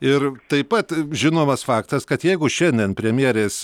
ir taip pat žinomas faktas kad jeigu šiandien premjerės